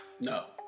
no